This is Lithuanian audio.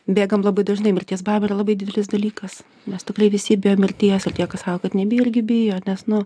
bėgam labai dažnai mirties baimė yra labai didelis dalykas mes tikrai visi bijom mirties ir tiek kas sako kad nebijo irgi bijo nes nu